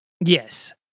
Yes